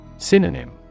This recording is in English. Synonym